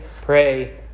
pray